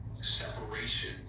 separation